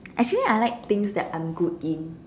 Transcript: actually I like things that I'm good in